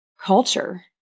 culture